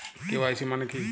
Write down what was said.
KYC মানে কী?